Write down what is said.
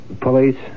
Police